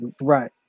right